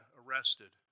arrested